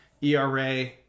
ERA